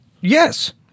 Yes